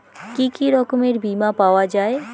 কি কি রকমের বিমা পাওয়া য়ায়?